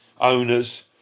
owners